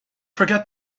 forget